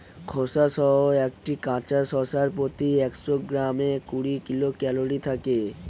খোসাসহ একটি কাঁচা শসার প্রতি একশো গ্রামে কুড়ি কিলো ক্যালরি থাকে